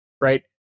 right